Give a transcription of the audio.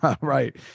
Right